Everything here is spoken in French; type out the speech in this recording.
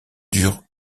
dure